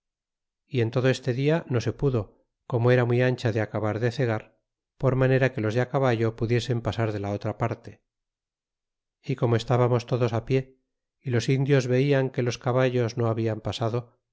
y en todo este dia no se pedo c irio era muy ancha de acabar da cegar por ma nera me los de caballo pudiesen pasar da la otra parte e como estanamos todos pisa y los indios velan que los caba liass no hablan pasada